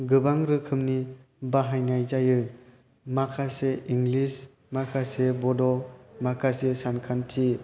गोबां रोखोमनि बाहायनाय जायो माखासे इंलिश माखासे बड' माखासे सानखान्थि